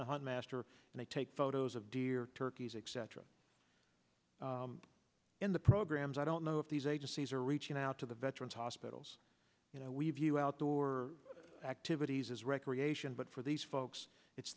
on master and they take photos of deer turkeys except in the programs i don't know if these agencies are reaching out to the veterans hospitals you know we have you outdoor activities as recreation but for these folks it's